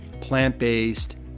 plant-based